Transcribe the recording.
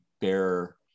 bearer